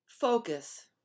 Focus